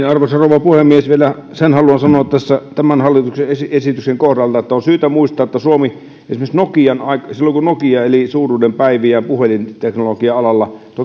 arvoisa rouva puhemies vielä sen haluan sanoa tässä tämän hallituksen esityksen kohdalta että on syytä muistaa suomi esimerkiksi nokian aikana silloin kun nokia eli suuruuden päiviä puhelinteknologian alalla